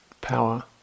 power